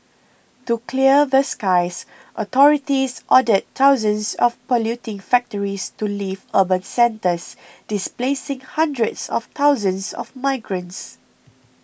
to clear the skies authorities ordered thousands of polluting factories to leave urban centres displacing hundreds of thousands of migrants